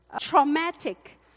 traumatic